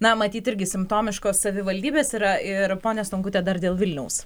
na matyt irgi simptomiškos savivaldybės yra ir ponia stankute dar dėl vilniaus